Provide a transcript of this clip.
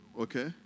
okay